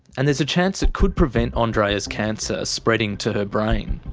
and there's a chance it could prevent ah andreea's cancer spreading to her brain.